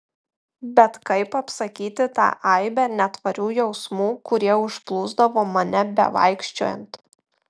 bet kaip apsakyti tą aibę netvarių jausmų kurie užplūsdavo mane bevaikščiojant